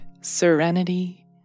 serenity